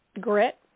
grit